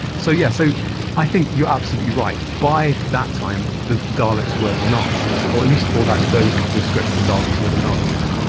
so yes, so i think you're absolutely right. by that time, the daleks were the nazis or at least for those couple of scripts the daleks were the nazis.